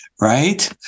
right